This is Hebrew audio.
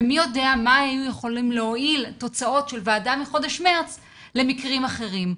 ומי יודע מה היו יכולים להועיל תוצאות של ועדה מחודש מרץ למקרים אחרים.